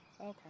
Okay